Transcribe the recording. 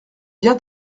bien